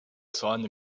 zahlen